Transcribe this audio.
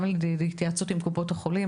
גם על ידי התייעצות עם קופות החולים.